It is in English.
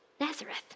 Nazareth